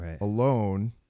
alone